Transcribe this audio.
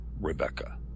Rebecca